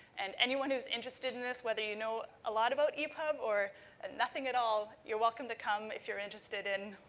and anyone who's interested in this, whether you know a lot about epub or and nothing at all, you're welcome to come if you're interested in